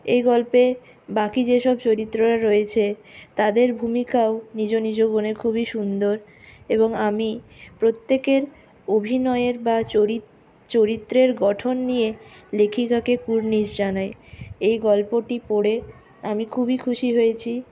এই গল্পে বাকি যেসব চরিত্ররা রয়েছে তাদের ভূমিকাও নিজ নিজ গুণে খুবই সুন্দর এবং আমি প্রত্যকের অভিনয়ের বা চরিত চরিত্রের গঠন নিয়ে লেখিকাকে কুর্নিশ জানাই এই গল্পটি পড়ে আমি খুবই খুশি হয়েছি